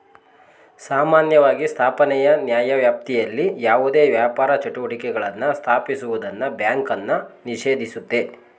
ಸಾಮಾನ್ಯವಾಗಿ ಸ್ಥಾಪನೆಯ ನ್ಯಾಯವ್ಯಾಪ್ತಿಯಲ್ಲಿ ಯಾವುದೇ ವ್ಯಾಪಾರ ಚಟುವಟಿಕೆಗಳನ್ನ ಸ್ಥಾಪಿಸುವುದನ್ನ ಬ್ಯಾಂಕನ್ನ ನಿಷೇಧಿಸುತ್ತೆ